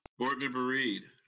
board member reid.